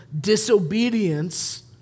disobedience